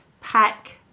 pack